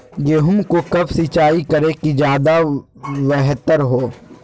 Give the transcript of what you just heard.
गेंहू को कब सिंचाई करे कि ज्यादा व्यहतर हो?